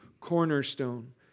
cornerstone